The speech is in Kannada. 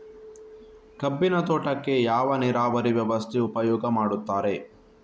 ಕಬ್ಬಿನ ತೋಟಕ್ಕೆ ಯಾವ ನೀರಾವರಿ ವ್ಯವಸ್ಥೆ ಉಪಯೋಗ ಮಾಡುತ್ತಾರೆ?